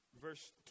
verse